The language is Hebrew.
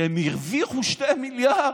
שהן הרוויחו 2 מיליארד.